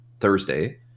Thursday